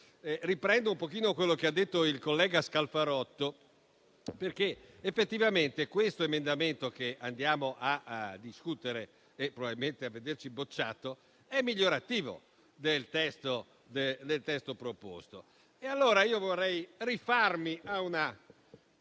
Riprendo quello che ha detto il collega Scalfarotto, perché effettivamente questo emendamento che andiamo a discutere e, probabilmente, a vederci bocciato è migliorativo del testo proposto. Io vorrei rifarmi ad una